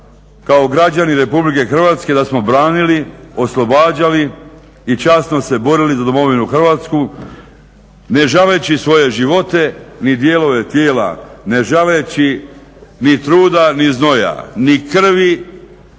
kao građani Republike Hrvatske da smo branili, oslobađali i časno se borili za Domovinu Hrvatsku ne žaleći svoje živote ni dijelove tijela, ne zaleći ni truda ni znoja, ni krvi